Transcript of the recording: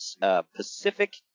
Pacific